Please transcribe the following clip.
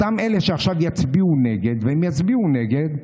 אותם אלה שעכשיו יצביעו נגד, והם יצביעו נגד,